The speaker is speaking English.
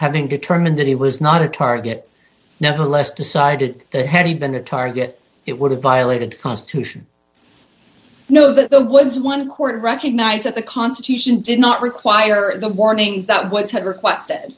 having determined that he was not a target nevertheless decided that had he been a target it would have violated the constitution no but there was one court recognize that the constitution did not require the warnings that whites had requested